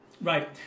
right